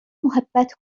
محبت